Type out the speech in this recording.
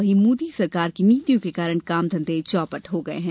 वहीं मोदी सरकार की नीतियों के कारण काम धंधे चौपट हो गए हैं